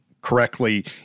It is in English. correctly